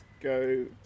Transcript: go